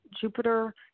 Jupiter